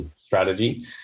strategy